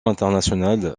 internationale